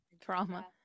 trauma